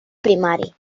primari